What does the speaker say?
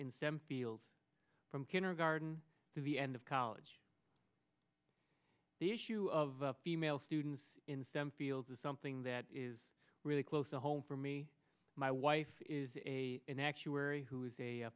in stem fields from kindergarten through the end of college the issue of female students in stem fields is something that is really close to home for me my wife is a an actuary who is a